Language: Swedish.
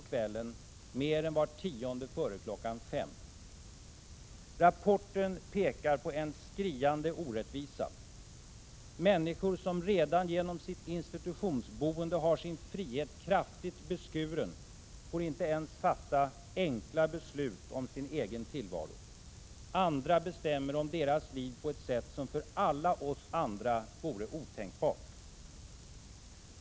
Rapporten pekar på en skriande orättvisa: Människor som redan genom sitt institutionsboende har sin frihet kraftigt beskuren får inte ens fatta enkla beslut om sin egen tillvaro. Andra bestämmer om deras liv på ett sätt som för alla oss andra vore otänkbart.